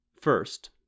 First